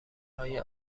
های